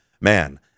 Man